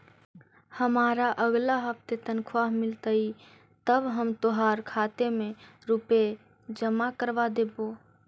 हमारा अगला हफ्ते तनख्वाह मिलतई तब हम तोहार खाते में रुपए जमा करवा देबो